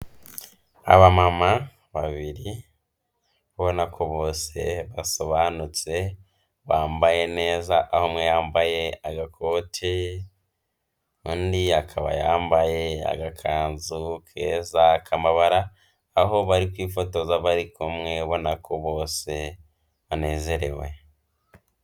Abamama babiri, ubona ko bose basobanutse, bambaye neza aho yambaye agakoti, undi akaba yambaye agakanzu keza k'amabara, aho bari kwifotoza bari kumwe, ubona ko bose banezerewe.